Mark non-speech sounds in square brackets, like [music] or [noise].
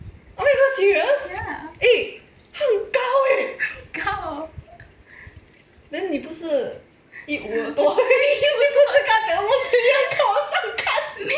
oh my gosh serious eh 他很高 eh then 你不是一五多而已 [laughs] 你不是跟他讲话你要靠上看